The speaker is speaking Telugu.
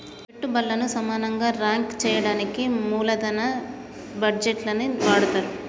పెట్టుబల్లను సమానంగా రాంక్ చెయ్యడానికి మూలదన బడ్జేట్లని వాడతరు